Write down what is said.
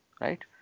right